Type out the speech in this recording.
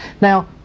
Now